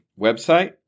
website